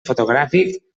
fotogràfic